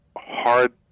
hard